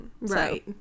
Right